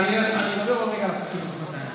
אני לא מדבר על הפקקים בתוך נתניה,